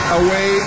away